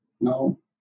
no